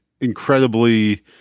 incredibly